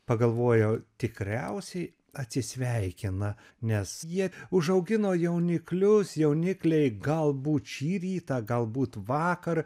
pagalvojau tikriausiai atsisveikina nes jie užaugino jauniklius jaunikliai galbūt šį rytą galbūt vakar